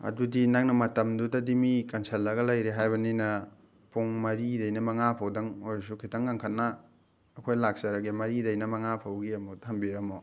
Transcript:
ꯑꯗꯨꯗꯤ ꯅꯪꯅ ꯃꯇꯝꯗꯨꯗꯗꯤ ꯃꯤ ꯀꯟꯁꯜꯂꯒ ꯂꯩꯔꯦ ꯍꯥꯏꯕꯅꯤꯅ ꯄꯨꯡ ꯃꯔꯤꯗꯩꯅ ꯃꯉꯥ ꯐꯥꯎꯗꯪ ꯑꯣꯏꯔꯁꯨ ꯈꯤꯇꯪ ꯉꯟꯈꯠꯅ ꯑꯩꯈꯣꯏ ꯂꯥꯛꯆꯔꯒꯦ ꯃꯔꯤꯗꯩꯅ ꯃꯉꯥ ꯐꯥꯎꯒꯤ ꯑꯃꯨꯛ ꯊꯝꯕꯤꯔꯝꯃꯣ